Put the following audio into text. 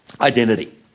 identity